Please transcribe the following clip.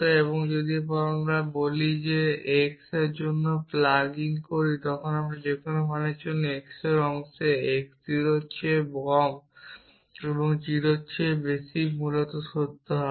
একটি যদি আমি x এর জন্য প্লাগ ইন করি এমন কোনো মানের জন্য x এই অংশ x 0 এর চেয়ে বড় 0 এর চেয়ে বেশি মুলত সত্য হবে